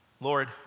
Lord